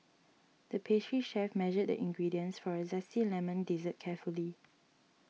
the pastry chef measured the ingredients for a Zesty Lemon Dessert carefully